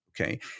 okay